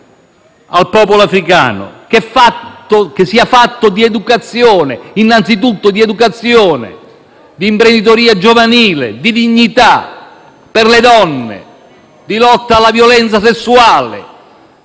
al popolo africano; un piano che sia fatto innanzitutto di educazione, di imprenditoria giovanile, di dignità per le donne, di lotta alla violenza sessuale.